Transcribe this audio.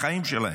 בחיים שלהם,